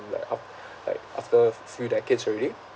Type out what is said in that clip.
like up like after f~ few decades already